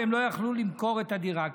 והם לא יכלו למכור את הדירה,